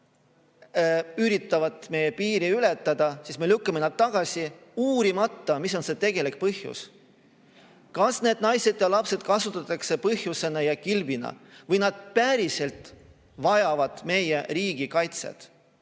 ja üritavad meie piiri ületada, siis me lükkame nad tagasi, uurimata, mis on tegelik põhjus. Kas neid naisi ja lapsi kasutatakse kilbina või nad päriselt vajavad meie riigi kaitset?